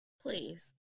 Please